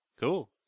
cool